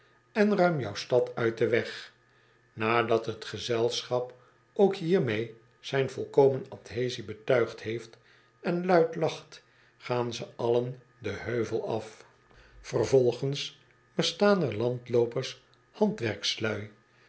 en ruim jou stad uit den weg nadat het gezelschap ook hiermee zijn volkomen adhaesie betuigd heeft en luid lacht gaan ze allen den heuvel af vervolgens bestaan er landloopers handwerkslui